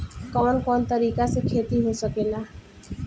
कवन कवन तरीका से खेती हो सकेला